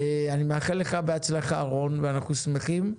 אני מאחל לך בהצלחה, רון, ואנחנו שמחים.